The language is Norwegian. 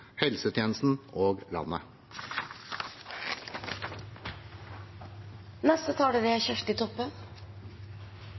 helsetjenesten og landet. Helsetenesta i Noreg er